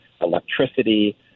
electricity